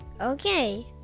Okay